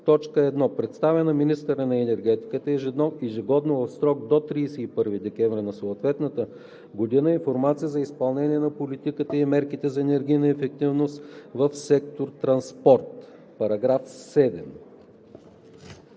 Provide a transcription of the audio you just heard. т. 1: „1. предоставя на министъра на енергетиката ежегодно в срок до 31 декември на съответната година информация за изпълнение на политиката и мерките за енергийна ефективност в сектор „Транспорт“;“. По § 7